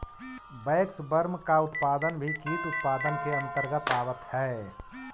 waxworm का उत्पादन भी कीट उत्पादन के अंतर्गत आवत है